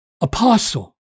apostle